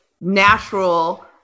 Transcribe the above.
natural